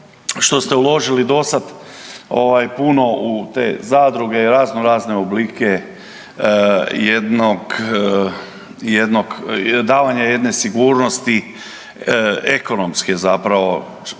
što ste uložili do sad puno u te zadruge i raznorazne oblike davanja jedne sigurnosti ekonomske zapravo